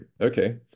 okay